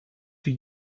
wie